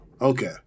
Okay